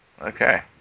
Okay